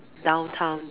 downtime